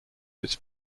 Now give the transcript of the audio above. its